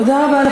תודה רבה.